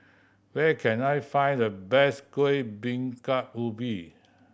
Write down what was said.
where can I find the best Kuih Bingka Ubi